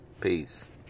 peace